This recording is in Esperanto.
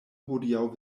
hodiaŭ